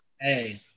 Hey